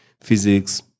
physics